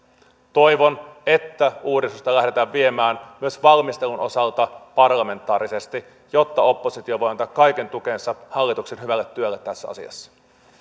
toivon että uudistusta lähdetään viemään myös valmistelun osalta parlamentaarisesti jotta oppositio voi antaa kaiken tukensa hallituksen hyvälle työlle tässä asiassa